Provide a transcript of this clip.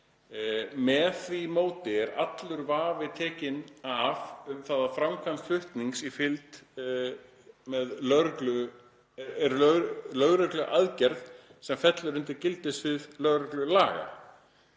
„Með því móti er allur vafi tekinn af um það að framkvæmd flutnings í fylgd er lögregluaðgerð sem fellur undir gildissvið lögreglulaga.“